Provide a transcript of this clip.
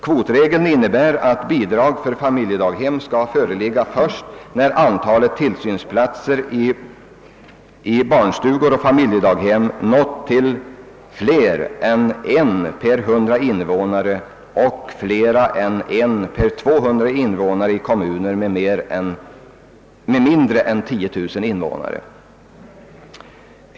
Kvotregeln innebär att bidragsrätt för familjedaghem skall föreligga först när antalet tillsynsplatser i barnstugor och familjedaghem för en kommun med mindre än 10 000 invånare uppgår till en plats per 200 invånare.